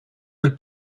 del